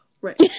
right